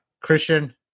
Christian